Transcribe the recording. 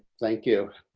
thank you.